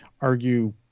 argue